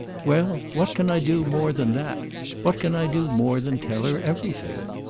well, what can i do more than that what can i do more than tell her everything?